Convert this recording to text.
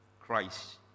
Christ